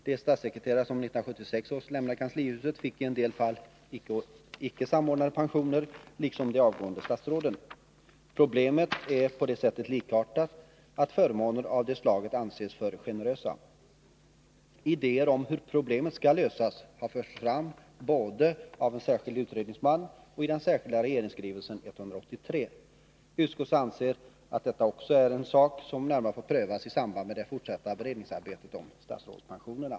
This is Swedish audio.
De statssekreterare som 1976 lämnade kanslihuset fick i en hel del fall icke samordnade pensioner liksom de avgående statsråden. Problemet är på det sättet likartat, att förmåner av det slaget anses alltför generösa. Idéer om hur problemet skall lösas har förts fram både av en särskild utredningsman och i den särskilda regeringsskri 217 velsen 183. Utskottet anser att detta också är en sak som närmare får prövas i samband med det fortsatta beredningsarbetet om statsrådspensionerna.